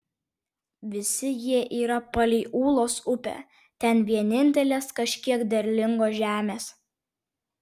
visi jie yra palei ūlos upę ten vienintelės kažkiek derlingos žemės